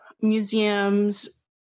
museums